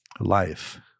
life